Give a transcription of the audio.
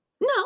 No